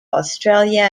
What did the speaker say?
australia